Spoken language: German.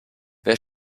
wer